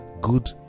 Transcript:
good